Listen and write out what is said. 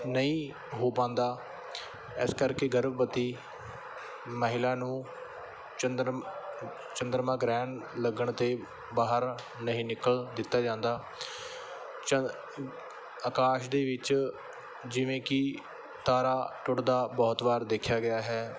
ਨਹੀਂ ਹੋ ਪਾਂਦਾ ਇਸ ਕਰਕੇ ਗਰਭਵਤੀ ਮਹਿਲਾ ਨੂੰ ਚੰਦਰਮ ਚੰਦਰਮਾ ਗ੍ਰਹਿਣ ਲੱਗਣ 'ਤੇ ਬਾਹਰ ਨਹੀਂ ਨਿਕਲ ਦਿੱਤਾ ਜਾਂਦਾ ਚੰਦ ਆਕਾਸ਼ ਦੇ ਵਿੱਚ ਜਿਵੇਂ ਕਿ ਤਾਰਾ ਟੁੱਟਦਾ ਬਹੁਤ ਵਾਰ ਦੇਖਿਆ ਗਿਆ ਹੈ